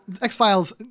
X-Files